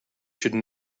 should